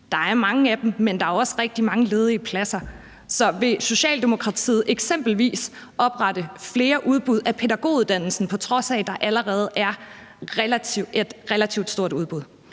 der er mange af dem, men der er også rigtig mange ledige pladser. Vil Socialdemokratiet eksempelvis oprette flere udbud af pædagoguddannelsen, på trods af at der allerede er et relativt stort udbud?